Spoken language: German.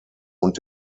und